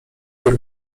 jak